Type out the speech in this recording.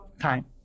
time